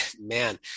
man